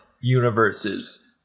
universes